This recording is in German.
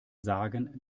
sagen